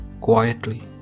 quietly